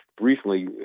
recently